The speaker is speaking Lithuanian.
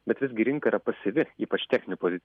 bet visgi rinka yra pasyvi ypač technikoj